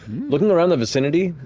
looking around the vicinity,